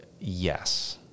Yes